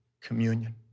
communion